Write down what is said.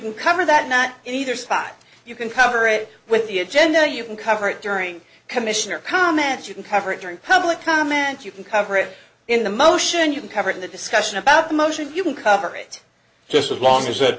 can cover that not either side you can cover it with the agenda or you can cover it during commission or comment you can cover it during public comment you can cover it in the motion you covered in the discussion about the motion you can cover it just as long as it